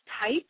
type